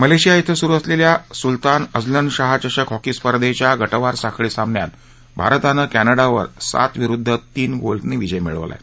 Malaysia ध्वें सुरु असलेल्या सुलतान अझलन शाह चषक हॉकी स्पर्धेच्या गटवार साखळी सामन्यात भारतानं कॅनडावर सात विरुद्ध तीन गोल्सनं विजय मिळवला आहे